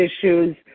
issues